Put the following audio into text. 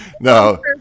No